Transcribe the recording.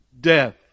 death